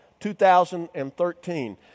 2013